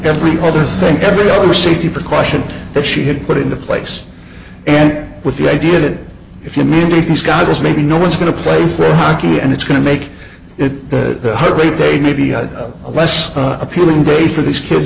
every other thing every other safety precaution that she had put into place and with the idea that if you meet these goggles maybe no one's going to play for hockey and it's going to make it that the heart rate they may be on a less appealing day for these kids